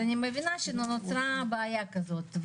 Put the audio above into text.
אני מבינה שנוצרה בעיה כזאת.